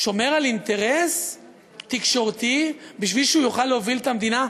שומר על אינטרס תקשורתי בשביל שהוא יוכל להוביל את המדינה?